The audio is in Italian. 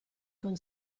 con